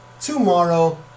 tomorrow